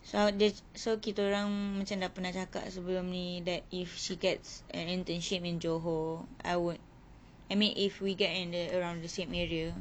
so this so kita orang macam dah pernah cakap sebelum ni that if she gets an internship in johor I would I mean if we get in the around same area